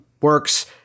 works